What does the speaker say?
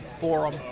forum